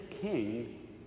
king